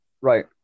right